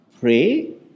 pray